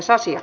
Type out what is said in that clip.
asia